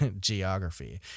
geography